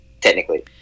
technically